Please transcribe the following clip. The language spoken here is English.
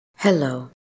Hello